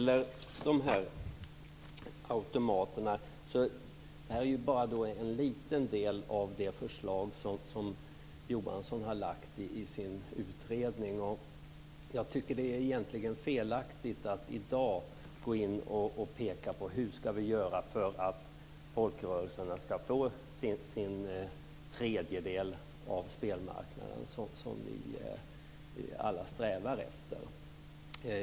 Fru talman! Automaterna är ju bara en liten del av det förslag som Johansson har lagt fram i sin utredning. Jag tycker egentligen att det är felaktigt att i dag peka på hur man ska göra för att folkrörelserna ska få sin tredjedel av spelmarknaden, något som vi alla strävar efter.